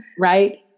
Right